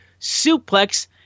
SUPLEX